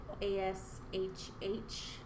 A-S-H-H